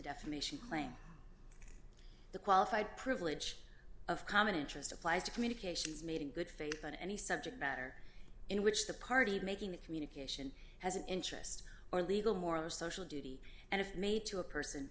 defamation claim the qualified privilege of common interest applies to communications made in good faith on any subject matter in which the party making the communication has an interest or legal moral or social duty and if made to a person